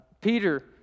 Peter